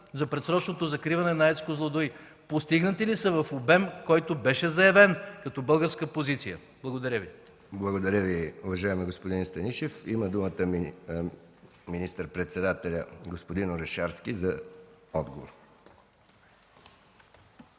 за предсрочното закриване на АЕЦ „Козлодуй” постигнати ли са в обем, който беше заявен като българска позиция? Благодаря Ви. ПРЕДСЕДАТЕЛ МИХАИЛ МИКОВ: Благодаря Ви, уважаеми господин Станишев. Има думата министър-председателят господин Орешарски за отговор.